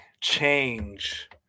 Change